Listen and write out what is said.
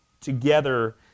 together